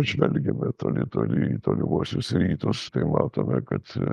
žvelgiame toli toli į tolimuosius rytus tai matome kad